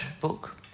book